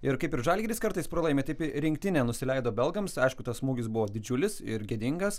ir kaip ir žalgiris kartais pralaimi taip ir rinktinė nusileido belgams aišku tas smūgis buvo didžiulis ir gėdingas